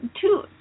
two